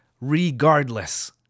regardless